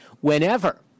whenever